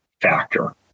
factor